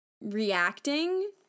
reacting